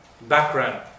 background